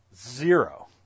Zero